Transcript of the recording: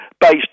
based